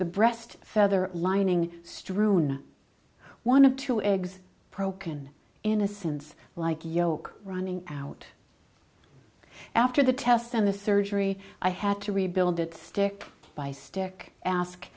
the breast further lining strewn one of two eggs pro can in a sense like yolk running out after the tests and the surgery i had to rebuild it stick by stick ask